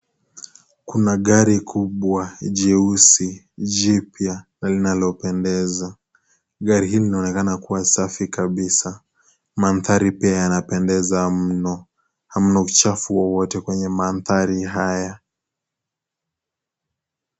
Kuna gari kubwa jeusi, jipya na linalopendeza. Gari hili linaonekana kuwa safi kabisa. Mandhari pia yanapendeza mno. Hamna uchafu wowote kwenye mandhari haya.